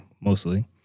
mostly